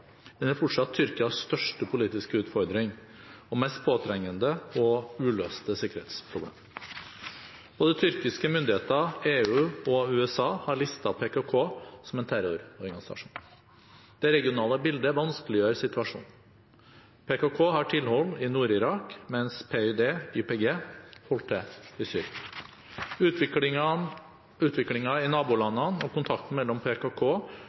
Den er fortsatt Tyrkias største politiske utfordring og mest påtrengende og uløste sikkerhetsproblem. Både tyrkiske myndigheter, EU og USA har listet PKK som en terrororganisasjon. Det regionale bildet vanskeliggjør situasjonen. PKK har tilhold i Nord-Irak, mens PYD/YPG holder til i Syria. Utviklingen i nabolandene og kontakten mellom PKK